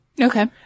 Okay